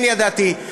כן ידעתי.